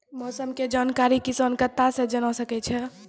मौसम के जानकारी किसान कता सं जेन सके छै?